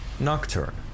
Nocturne